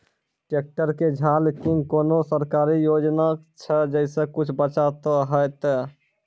Tractor के झाल किंग कोनो सरकारी योजना छ जैसा कुछ बचा तो है ते?